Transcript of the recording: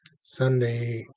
Sunday